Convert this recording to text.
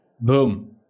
Boom